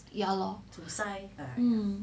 ya lor